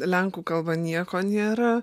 lenkų kalba nieko nėra